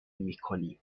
میکنیم